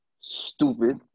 Stupid